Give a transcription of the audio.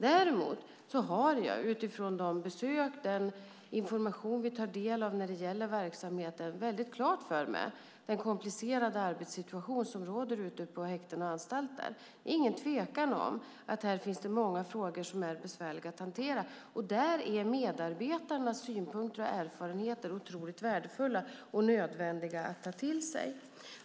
Däremot har jag, utifrån besök och den information som vi tar del av när det gäller verksamheten, klart för mig vilken komplicerad arbetssituation som råder ute på häkten och anstalter. Det är ingen tvekan om att det i detta sammanhang finns många frågor som är besvärliga att hantera. Där är medarbetarnas synpunkter och erfarenheter otroligt värdefulla och nödvändiga att ta till sig.